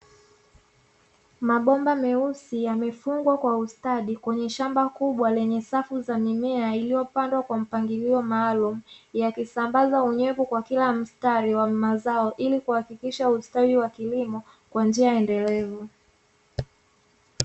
Mabomba meusi yamefungwa kwa ustadi kwenye shamba kubwa lenye safu za mimea zilizopandwa kwa mpagilio maalumu, yakisambaza unyevu kwenye kila mstari wenye mazao ili kuhakikisha ustawi wa kilimo, kwa njia endelevu.